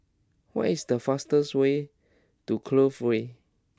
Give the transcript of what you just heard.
what is the fastest way to Clover Way